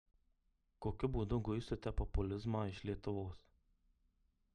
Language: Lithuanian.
kokiu būdu guisite populizmą iš lietuvos